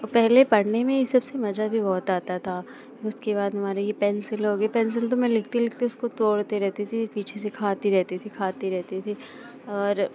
और पहले पढ़ने में ये सबसे मज़ा भी बहुत आता था फिर उसके बाद हमारी यह पेन्सिल हो गई पेन्सिल तो मैं लिखते लिखते उसको तोड़ते रहती थी पीछे से खाती रहती थी खाती रहती थी और